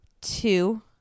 Two